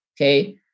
Okay